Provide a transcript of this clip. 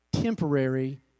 temporary